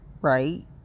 Right